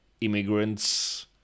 immigrants